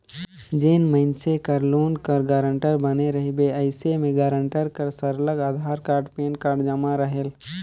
जेन मइनसे कर लोन कर गारंटर बने रहिबे अइसे में गारंटर कर सरलग अधार कारड, पेन कारड जमा रहेल